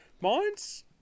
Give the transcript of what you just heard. Mines